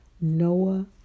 Noah